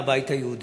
מהבית היהודי.